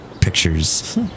pictures